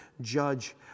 judge